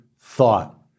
thought